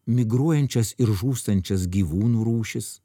migruojančias ir žūstančias gyvūnų rūšis